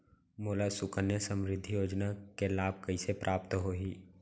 मोला सुकन्या समृद्धि योजना के लाभ कइसे प्राप्त होही?